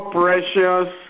precious